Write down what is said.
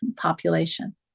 population